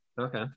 Okay